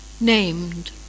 Named